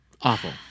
awful